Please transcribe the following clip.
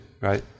right